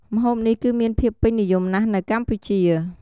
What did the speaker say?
ម្ហូបនេះ គឹមានភាពពេញនិយមណាស់នៅកម្ពុជា។